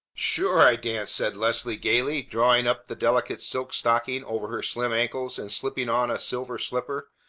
sure i dance! said leslie gayly, drawing up the delicate silk stocking over her slim ankles and slipping on a silver slipper.